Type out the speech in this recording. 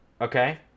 okay